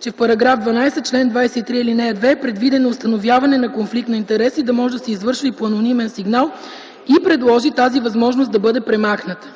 че в § 12, чл. 23, ал. 2 е предвидено установяването на конфликт на интереси да може да се извършва и по анонимен сигнал и предложи тази възможност да бъде премахната.